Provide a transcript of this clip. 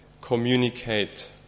communicate